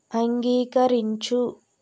అంగీకరించు